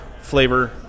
flavor